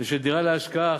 ושל דירה להשקעה,